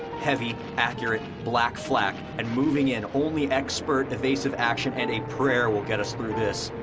heavy, accurate, black flak and moving in. only expert evasive action and a prayer will get us through this.